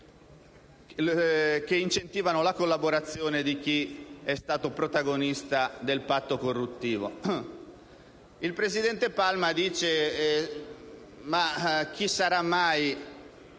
che incentivano la collaborazione di chi è stato protagonista del patto corruttivo. Il presidente Palma si chiede chi mai